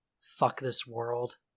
fuck-this-world